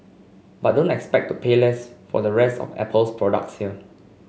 but don't expect to pay less for the rest of Apple's products here